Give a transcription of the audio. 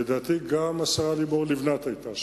לדעתי גם השרה לימור לבנת היתה שם.